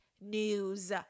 news